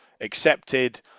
accepted